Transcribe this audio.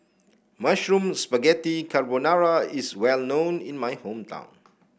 Mushroom Spaghetti Carbonara is well known in my hometown